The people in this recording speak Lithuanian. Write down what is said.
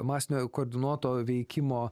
masinio koordinuoto veikimo